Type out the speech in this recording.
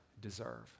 deserve